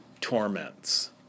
torments